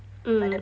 mm